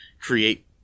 create